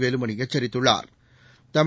Velumani எச்சித்துள்ளாா்